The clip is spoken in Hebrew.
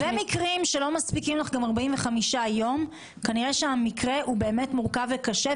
אז במקרים ש-45 ימים לא מספיקים לך כנראה שהמקרה הוא באמת מורכב וקשה,